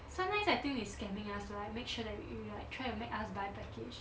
sometimes I think they scamming us like make sure that like we like try to make us buy package